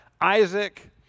Isaac